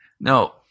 Now